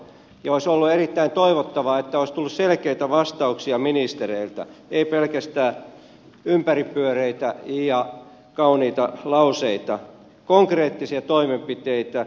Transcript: ja olisi ollut erittäin toivottavaa että olisi tullut selkeitä vastauksia ministereiltä ei pelkästään ympäripyöreitä ja kauniita lauseita vaan konkreettisia toimenpiteitä